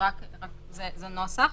זה הערת נוסח.